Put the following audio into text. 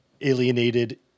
alienated